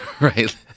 right